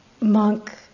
monk